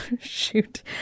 shoot